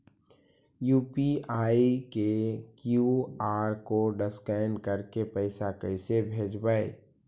UPI के QR code scan करके पैसा कैसे भेजबइ?